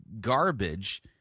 garbage